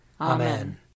Amen